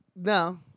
No